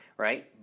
Right